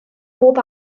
bob